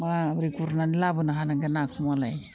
माब्रै गुरनानै लाबोनो हानांगोन नाखौमालाय